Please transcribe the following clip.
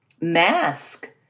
mask